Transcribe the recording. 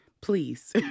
Please